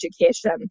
education